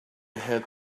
had